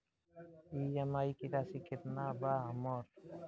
EMI की राशि केतना बा हमर?